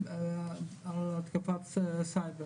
התקפת סייבר